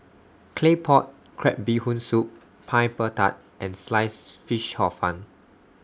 Claypot Crab Bee Hoon Soup Pineapple Tart and Sliced Fish Hor Fun